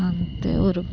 ते और